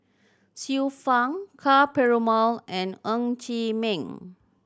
Xiu Fang Ka Perumal and Ng Chee Meng